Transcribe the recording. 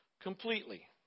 Completely